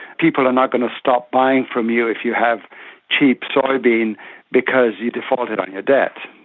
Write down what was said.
people are not going to stop buying from you if you have cheap soya bean because you defaulted on your debt.